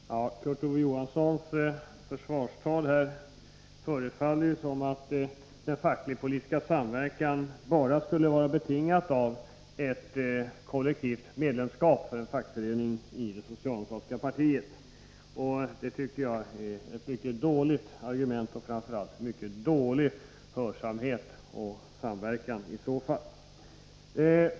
Fru talman! Av Kurt Ove Johanssons försvarstal förefaller det som om den facklig-politiska samverkan bara skulle vara betingad av en fackförenings kollektiva medlemskap i det socialdemokratiska partiet. Det är ett mycket dåligt argument, och visar framför allt en mycket dålig hörsamhet och samverkan.